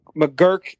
McGurk